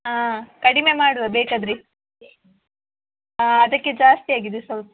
ಹಾಂ ಕಡಿಮೆ ಮಾಡುವ ಬೇಕಾದರೆ ಹಾಂ ಅದಕ್ಕೆ ಜಾಸ್ತಿ ಆಗಿದೆ ಸ್ವಲ್ಪ